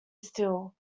still